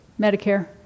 Medicare